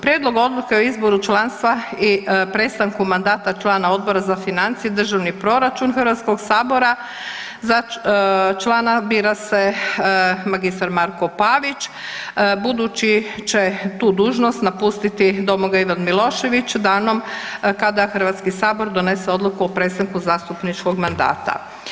Prijedlog Odluke o izboru članstva i prestanku mandata člana Odbora za financije i državni proračun Hrvatskog sabora, za člana bira se magistar Marko Pavić budući će tu dužnost napustiti Domagoj Ivan Milošević danom kada Hrvatski sabor donese odluku o prestanku zastupničkog mandata.